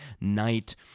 night